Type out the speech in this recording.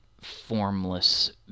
formless